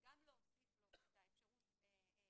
זה נראה לי מיותר.